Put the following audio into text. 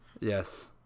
Yes